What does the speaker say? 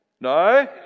no